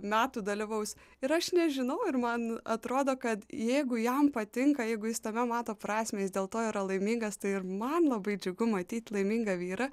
metų dalyvaus ir aš nežinau ir man atrodo kad jeigu jam patinka jeigu jis tame mato prasmę jis dėl to yra laimingas tai ir man labai džiugu matyt laimingą vyrą